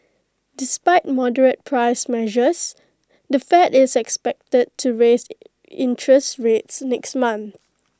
despite moderate price pressures the fed is expected to raise interest rates next month